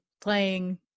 playing